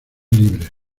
libres